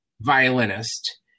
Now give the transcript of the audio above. violinist